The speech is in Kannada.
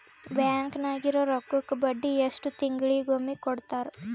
ಬ್ಯಾಂಕ್ ನಾಗಿರೋ ರೊಕ್ಕಕ್ಕ ಬಡ್ಡಿ ಎಷ್ಟು ತಿಂಗಳಿಗೊಮ್ಮೆ ಕೊಡ್ತಾರ?